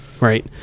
Right